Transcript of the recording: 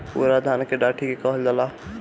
पुअरा धान के डाठी के कहल जाला